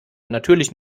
natürlich